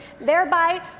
thereby